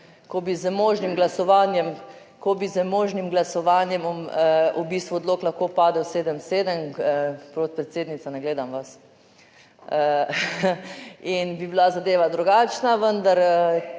ko bi z možnim glasovanjem v bistvu odlok lahko padel sedem sedem - podpredsednica ne gledam vas - in bi bila zadeva drugačna. Vendar